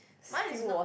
mine is not